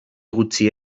gutxi